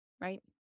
right